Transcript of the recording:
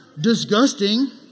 Disgusting